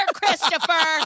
Christopher